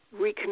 reconnect